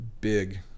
Big